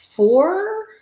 Four